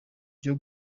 byo